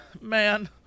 man